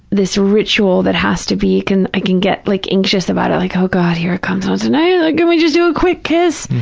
this ritual that has to be, i can get like anxious about it, like, oh, god, here it comes ah tonight, like can we just do a quick kiss,